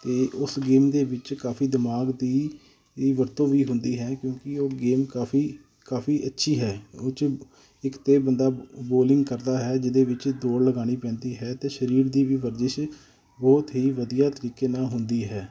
ਅਤੇ ਉਸ ਗੇਮ ਦੇ ਵਿੱਚ ਕਾਫੀ ਦਿਮਾਗ ਦੀ ਇਹ ਵਰਤੋਂ ਵੀ ਹੁੰਦੀ ਹੈ ਕਿਉਂਕਿ ਉਹ ਗੇਮ ਕਾਫੀ ਕਾਫੀ ਅੱਛੀ ਹੈ ਉਹ 'ਚ ਇੱਕ ਤਾਂ ਬੰਦਾ ਬੋਲਿੰਗ ਕਰਦਾ ਹੈ ਜਿਹਦੇ ਵਿੱਚ ਦੌੜ ਲਗਾਉਣੀ ਪੈਂਦੀ ਹੈ ਅਤੇ ਸਰੀਰ ਦੀ ਵੀ ਵਰਜਿਸ਼ ਬਹੁਤ ਹੀ ਵਧੀਆ ਤਰੀਕੇ ਨਾਲ ਹੁੰਦੀ ਹੈ